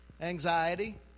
anxiety